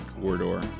corridor